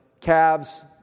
calves